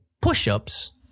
push-ups